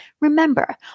Remember